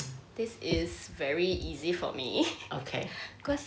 this is very easy for me cause